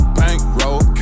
bankroll